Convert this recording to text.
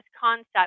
concept